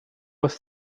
was